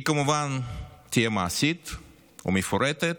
היא כמובן תהיה מעשית ומפורטת,